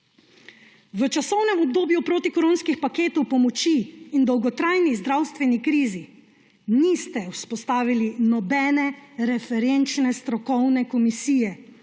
V časovnem obdobju protikoronskih paketov pomoči in dolgotrajni zdravstveni krizi niste vzpostavili nobene referenčne strokovne komisije,